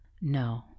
No